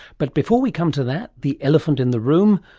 but before we come to that, the elephant in the room,